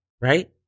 right